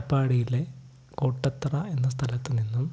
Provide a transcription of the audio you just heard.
കപ്പാടിയിലെ കോട്ടത്തറ എന്ന സ്ഥലത്തുനിന്നും